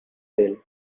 still